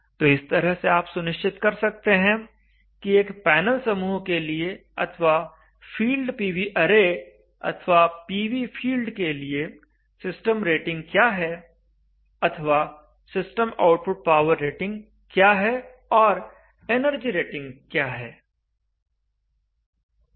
तो इस तरह से आप सुनिश्चित कर सकते हैं कि एक पैनल समूह के लिए अथवा फील्ड पीवी अरे अथवा पीवी फील्ड के लिए सिस्टम रेटिंग क्या है अथवा सिस्टम आउटपुट पावर रेटिंग क्या है और एनर्जी रेटिंग क्या है